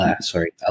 Sorry